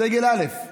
סגל א':